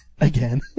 again